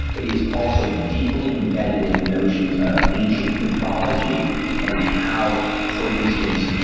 but he is also deeply embedded in the notions of ancient mythology and how. for instance,